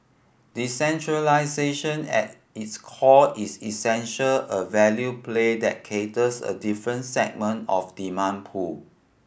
decentralisation at its core is essential a value play that caters a different segment of demand pool